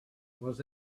was